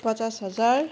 पचास हजार